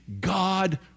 God